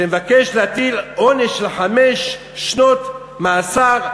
להטיל עונש של חמש שנות מאסר,